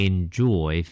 Enjoy